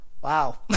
Wow